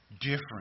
different